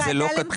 אבל זה לא כתוב.